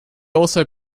also